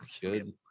Good